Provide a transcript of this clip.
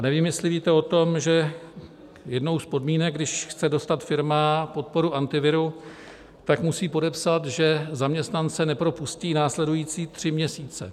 Nevím, jestli víte o tom, že jednou z podmínek, když chce dostat firma podporu Antivirus, tak musí podepsat, že zaměstnance nepropustí následující tři měsíce.